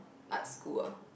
art school ah